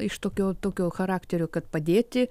iš tokio tokio charakterio kad padėti